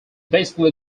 basically